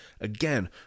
Again